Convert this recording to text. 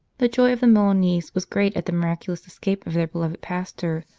the joy of the milanese was great at the miracu lous escape of their beloved pastor,